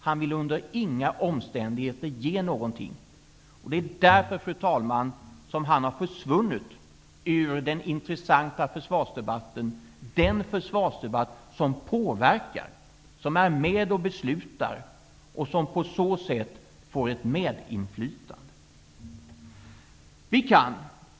Han vill under inga omständigheter ge någonting. Det är därför, fru talman, som han har försvunnit ur den intressanta försvarsdebatten, den försvarsdebatt som påverkar, där man är med och beslutar och på så sätt får ett medinflytande.